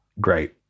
Great